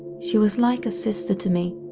she was like a sister to me,